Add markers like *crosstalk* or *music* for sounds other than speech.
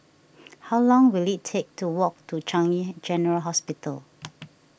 how long will it take to walk to Changi General Hospital *noise*